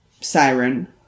Siren